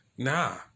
Nah